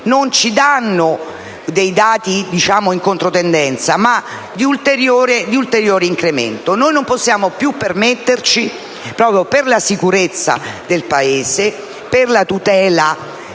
non ci danno segnali in controtendenza, ma di ulteriore incremento. Noi non possiamo più permetterci per la sicurezza del Paese e per la tutela del